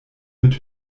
mit